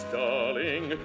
darling